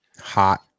Hot